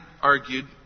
argued